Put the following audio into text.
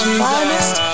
finest